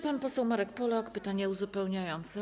Pan poseł Marek Polak, pytanie uzupełniające.